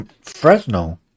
Fresno